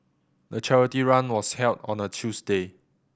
the charity run was held on a Tuesday